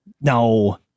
No